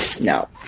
No